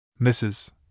Mrs